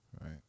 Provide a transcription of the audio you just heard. Right